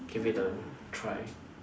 give it a try